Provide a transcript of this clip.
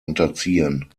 unterziehen